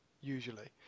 usually